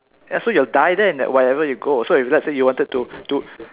ya so you'll die there in that whatever you go so if let's say if you wanted to to